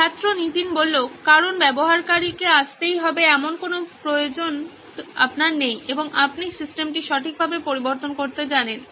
ছাত্র নীতিন কারণ ব্যবহারকারী কে আসতেই হবে এমন কোনো প্রয়োজন আপনার নেই এবং আপনি সিস্টেমটি সঠিকভাবে পরিবর্তন করতে জানেন